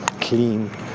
clean